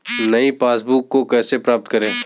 नई पासबुक को कैसे प्राप्त करें?